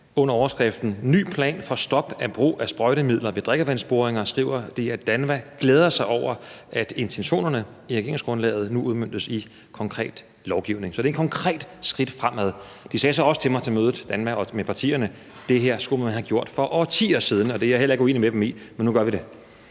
Under overskriften »Ny plan for stop af brug af sprøjtemidler ved drikkevandsboringer« skriver de, at DANVA glæder sig over, at intentionerne i regeringsgrundlaget nu udmøntes i konkret lovgivning. Så det er et konkret skridt fremad. De sagde så også til mig på mødet mellem DANVA og partierne, at det her skulle man have gjort for årtier siden, og det er jeg heller ikke uenig med dem i, men nu gør vi det.